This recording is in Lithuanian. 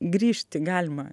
grįžti galima